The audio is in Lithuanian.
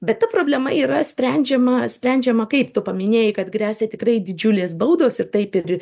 bet ta problema yra sprendžiama sprendžiama kaip tu paminėjai kad gresia tikrai didžiulės baudos ir taip ir